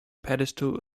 pedestal